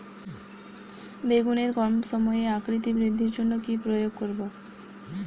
বেগুনের কম সময়ে আকৃতি বৃদ্ধির জন্য কি প্রয়োগ করব?